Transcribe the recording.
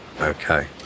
Okay